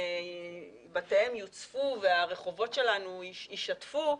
בתיהם יוצפו והרחובות שלנו ישטפו,